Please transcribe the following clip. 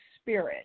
spirit